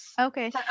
okay